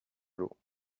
l’eau